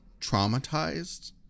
traumatized